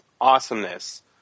awesomeness